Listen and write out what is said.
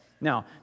Now